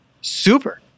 super